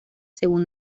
según